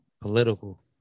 political